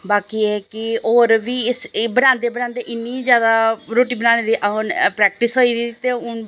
बाकी एह् ऐ कि होर बी एह् इस ऐ बनांदे बनांदे इन्नी जैदा रुट्टी बनाने दी प्रैक्टिस होई गेदी ते हून